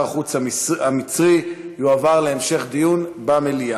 החוץ המצרי יועבר להמשך דיון במליאה.